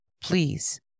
Please